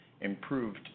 improved